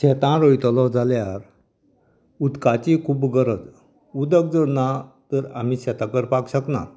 शेतां रोयतलो जाल्यार उदकाची खूब्ब गरज उदक जर ना तर आमी शेतां करपाक शकना